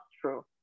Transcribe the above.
true